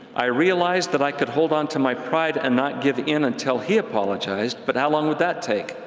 i realized that i could hold on to my pride and not give in until he apologized but how long would that take?